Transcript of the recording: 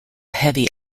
heavy